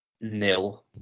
nil